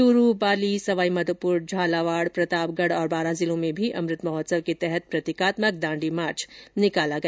चूरू पाली सवाई माधोपुर झालावाड़ प्रतापगढ़ और बांरा जिलों में भी अमृत महोत्सव के तहत प्रतिकात्मक दांडी मार्च निकाला गया